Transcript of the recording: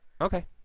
Okay